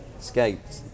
Escaped